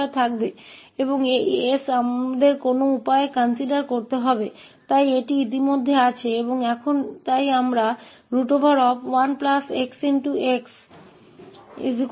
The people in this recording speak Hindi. और अब इसलिए हम √s1u को प्रतिस्थापित कर सकते हैं ताकि हमें e u2 रूप प्राप्त हो